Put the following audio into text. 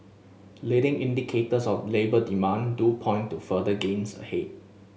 leading indicators of labour demand do point to further gains ahead